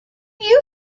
you